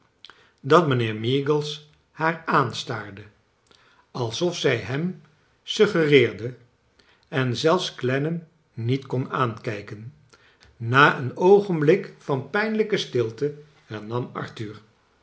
dat j mijnheer meagles haar aanstaarde i alsof zij hem sugerreerde en zelfs i clennam niet kon aankijken na een oogenblik van pijnlijke stilte hernam arthur